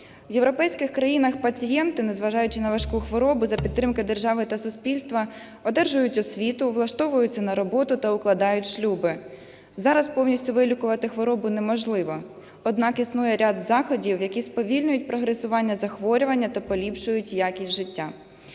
В європейських країнах пацієнти, незважаючи на важку хворобу, за підтримки держави та суспільства одержують освіту, влаштовуються на роботу та укладають шлюби. Зараз повністю вилікувати хворобу неможливо, однак існує ряд заходів, які сповільнюють прогресування захворювання та поліпшують якість життя.